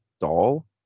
doll